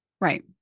Right